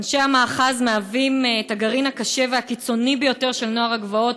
אנשי המאחז הם הגרעין הקשה והקיצוני ביותר של נוער הגבעות,